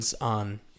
on